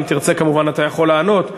אם תרצה כמובן אתה יכול לענות,